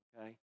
okay